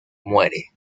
muere